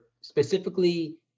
specifically